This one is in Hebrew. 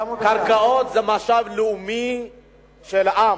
הקרקעות הן משאב לאומי של עם.